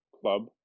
club